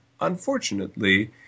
Unfortunately